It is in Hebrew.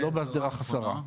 ולא בהסדרה חסרה.